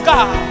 God